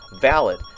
valid